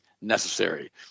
necessary